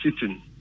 sitting